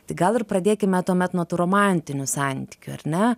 tai gal ir pradėkime tuomet nuo tų romantinių santykių ar ne